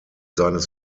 seines